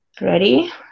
Ready